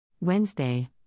Wednesday